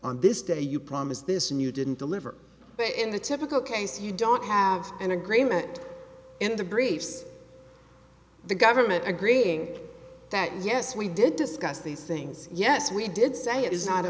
on this day you promised this new didn't deliver but in the typical case you don't have an agreement in the briefs the government agreeing that yes we did discuss these things yes we did say it is not a